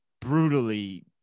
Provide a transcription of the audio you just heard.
brutally